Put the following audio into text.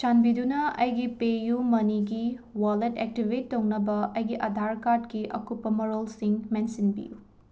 ꯆꯥꯟꯕꯤꯗꯨꯅ ꯑꯩꯒꯤ ꯄꯦꯌꯨꯃꯅꯤꯒꯤ ꯋꯥꯂꯦꯠ ꯑꯦꯛꯇꯤꯕꯦꯠ ꯇꯩꯅꯕ ꯑꯩꯒꯤ ꯑꯙꯥꯔ ꯀꯥꯔꯠꯀꯤ ꯑꯀꯨꯞꯄ ꯃꯔꯣꯜꯁꯤꯡ ꯃꯦꯟꯁꯤꯟꯕꯤꯌꯨ